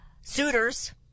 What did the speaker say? suitors